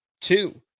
two